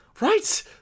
Right